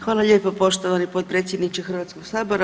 Hvala lijepo poštovani potpredsjedniče Hrvatskog sabora.